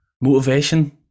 Motivation